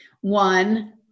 one